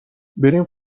بریم